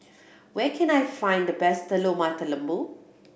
where can I find the best Telur Mata Lembu